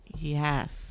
Yes